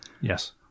Yes